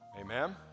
Amen